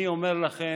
אני אומר לכם,